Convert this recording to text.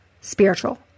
spiritual